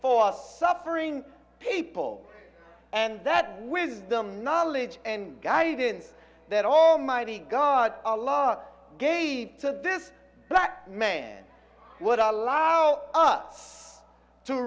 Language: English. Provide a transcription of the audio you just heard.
for suffering people and that wisdom knowledge and guidance that almighty god a lot gave to this black man would allow us to